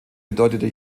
bedeutete